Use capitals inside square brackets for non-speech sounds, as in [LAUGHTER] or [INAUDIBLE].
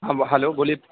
[UNINTELLIGIBLE] hello بولیے